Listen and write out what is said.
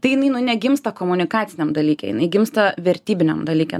tai jinai nu negimsta komunikaciniam dalyke jinai gimsta vertybiniam dalyke